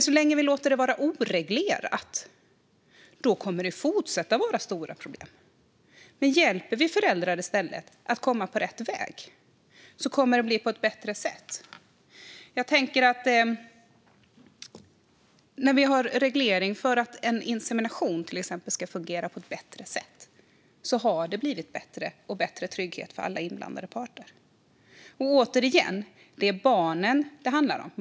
Så länge vi låter det vara oreglerat kommer det att fortsätta vara stora problem. Men om vi i stället hjälper föräldrar att komma på rätt väg kommer det att ske på ett bättre sätt. När vi nu har reglering för att till exempel en insemination ska fungera på ett bättre sätt har det blivit bättre och inneburit ökad trygghet för alla inblandade parter. Återigen - det är barnen det handlar om.